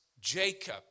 Jacob